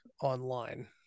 online